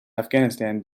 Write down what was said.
afghanistan